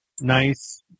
nice